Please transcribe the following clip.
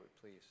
please